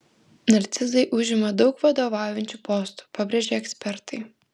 narcizai užima daug vadovaujančių postų pabrėžia ekspertai